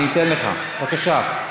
אני אתן לך, בבקשה.